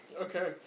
Okay